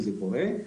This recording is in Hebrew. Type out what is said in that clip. וזה קורה,